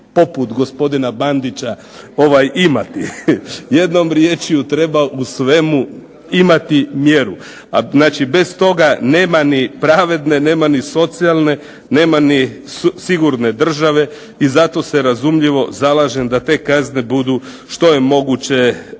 poput gospodina Bandića ima. Jednom riječju treba u svemu imati mjeru. Bez toga nema ni pravedne nema ni socijalne, nema ni sigurne države i zato se razumljivo zalažem da te kazne budu što je moguće